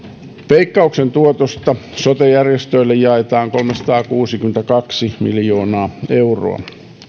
veikkauksen tuotosta jaetaan sote järjestöille kolmesataakuusikymmentäkaksi miljoonaa euroa